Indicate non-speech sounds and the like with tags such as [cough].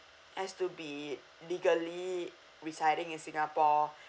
has to be legally residing in singapore [breath]